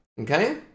Okay